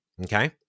okay